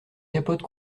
capotes